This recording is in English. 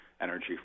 energy